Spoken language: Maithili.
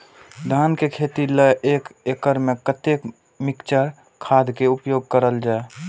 धान के खेती लय एक एकड़ में कते मिक्चर खाद के उपयोग करल जाय?